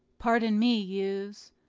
pardon me, youths,